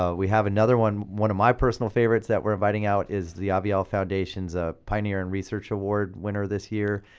ah we have another one. one of my personal favorites that we're inviting out is the avielle foundation's ah pioneer and research award winner this year,